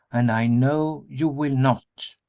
and i know you will not.